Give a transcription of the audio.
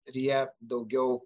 ir jie daugiau